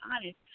honest